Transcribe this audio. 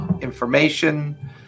information